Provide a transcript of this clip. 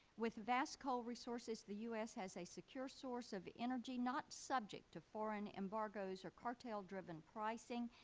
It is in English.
with vast coal resources, the u s. has a secure source of energy not subject to foreign embargoes or cartel driven pricing.